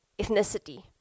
ethnicity